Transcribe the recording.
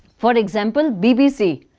for example, bbc.